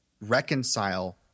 reconcile